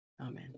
Amen